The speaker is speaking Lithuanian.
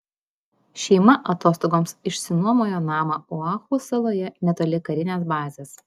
šeima atostogoms išsinuomojo namą oahu saloje netoli karinės bazės